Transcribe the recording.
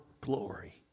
glory